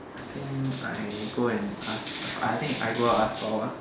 I think I go and ask I think and go ask for